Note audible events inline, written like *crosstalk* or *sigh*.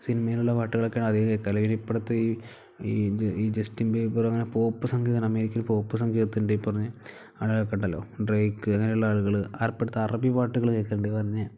സിനിമയിലുള്ള പാട്ടുകളൊക്കെയാണ് അധികം കേൾക്കൽ പിന്നെ ഇപ്പം അടുത്ത് ഈ ഈ ഈ ജസ്റ്റിം പേപ്പർ അങ്ങനെ പോപ്പ് സംഗീതം അമേരിക്കയിൽ പോപ്പ് സംഗീതത്തിൻ്റെ ഈ പറഞ്ഞ ആളുകൾ ഉണ്ടല്ലോ ഡ്രേക്ക് അങ്ങനെയുള്ള ആളുകൾ *unintelligible* അറബി പാട്ടുകൾ കേൾക്കൽ ഉണ്ട് പറഞ്ഞു